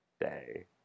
day